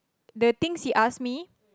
the things he ask me